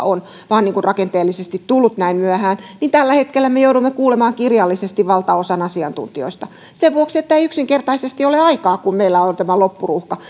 on taustalla että tämä on vain rakenteellisesti tullut näin myöhään niin tällä hetkellä me joudumme kuulemaan kirjallisesti valtaosan asiantuntijoista sen vuoksi että ei yksinkertaisesti ole aikaa kun meillä on tämä loppuruuhka